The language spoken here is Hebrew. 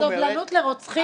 סובלנות לרוצחים?